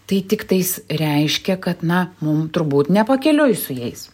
tai tiktais reiškia kad na mum turbūt ne pakeliui su jais